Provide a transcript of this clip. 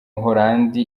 buhorandi